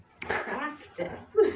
practice